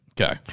Okay